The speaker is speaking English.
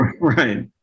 Right